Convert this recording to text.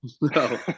no